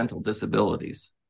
disabilities